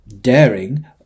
daring